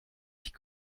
ich